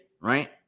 right